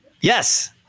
Yes